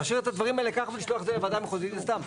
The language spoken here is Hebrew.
להשאיר את הדברים האלה ככה ולשלוח את זה לוועדה המחוזית זה סתם.